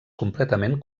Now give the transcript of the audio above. completament